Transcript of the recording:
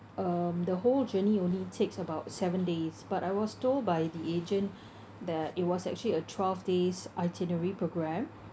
um the whole journey only takes about seven days but I was told by the agent that it was actually a twelve days itinerary programme